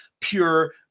pure